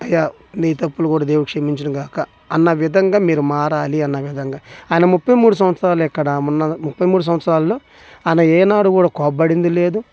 అయ్యా నీ తప్పులు కూడా దేవుడు క్షమించును కాక అన్న విధంగా మీరు మారాలి అన్న విధంగా ఆయన ముప్పై మూడు సంవత్సరాలు ఎక్కడ ముప్పై మూడు సంవత్సరాల్లో ఆయన ఏనాడు కూడా కోపపడింది లేదు